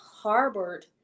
harbored